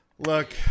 Look